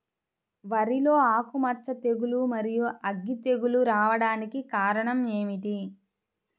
వరిలో ఆకుమచ్చ తెగులు, మరియు అగ్గి తెగులు రావడానికి కారణం ఏమిటి?